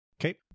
Okay